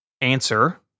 answer